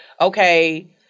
Okay